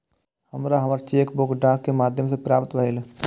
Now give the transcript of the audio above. हमरा हमर cheque book डाक के माध्यम से प्राप्त भईल